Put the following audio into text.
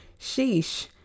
Sheesh